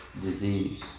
disease